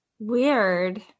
Weird